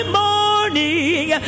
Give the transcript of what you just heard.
morning